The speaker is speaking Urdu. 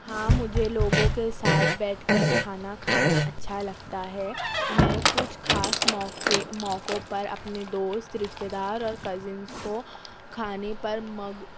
ہاں مجھے لوگوں کے ساتھ بیٹھ کر کھانا کھانا اچھا لگتا ہے میں کچھ خاص موقعہ موقعوں پر اپنے دوست رشتےدار اور کزنس کو کھانے پر مگ